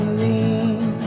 lean